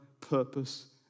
purpose